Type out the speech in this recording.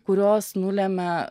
kurios nulemia